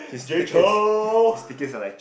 Jay-Chou